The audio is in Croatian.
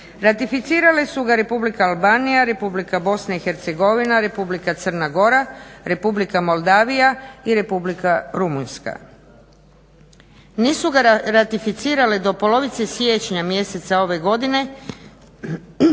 Ratificirale su ga Republika Albanija, Republika BiH, Republika Crna Gora, Republika Moldavija i Republika Rumunjska. Nisu ga ratificirale do polovice siječnja mjeseca ove godine